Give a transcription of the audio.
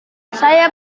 saya